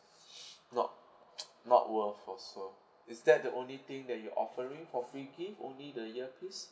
not not worth also is that the only thing that you're offering for free gift only the earpiece